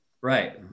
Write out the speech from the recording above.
Right